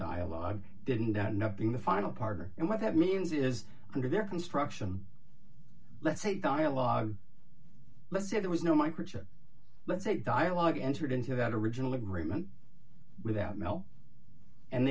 dialogue i didn't end up being the final partner and what that means is under their construction let's say dialogue let's say there was no microchip let's say dialogue entered into that original agreement without mel and